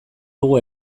dugu